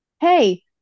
hey